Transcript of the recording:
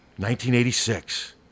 1986